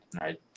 Right